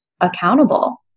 accountable